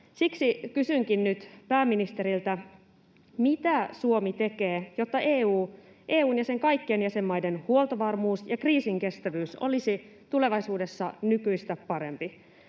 Siksi kysynkin nyt pääministeriltä: Mitä Suomi tekee, jotta EU:n ja sen kaikkien jäsenmaiden huoltovarmuus ja kriisinkestävyys olisivat tulevaisuudessa nykyistä parempia?